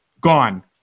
gone